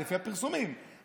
לפי הפרסומים,